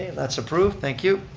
that's approved, thank you.